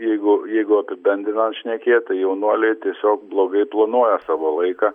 jeigu jeigu apibendrinant šnekėt tai jaunuoliai tiesiog blogai planuoja savo laiką